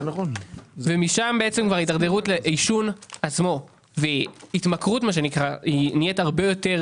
משם יש הידרדרות לעישון עצמו וההתמכרות היא הרבה יותר